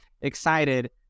excited